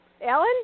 Alan